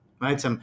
right